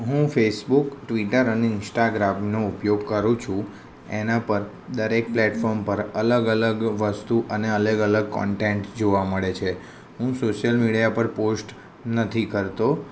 હું Facebook Twitter અને ઇન્સ્ટાગ્રામનો ઉપયોગ કરું છું એના પર દરેક પ્લેટફોર્મ પર અલગ અલગ વસ્તુ અને અલગ અલગ કોન્ટેન્ટસ જોવા મળે છે હું સોશ્યલ મીડિયા પર પોસ્ટ નથી કરતો